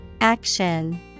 Action